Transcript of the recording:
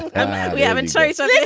i'm um yeah and sorry. so yeah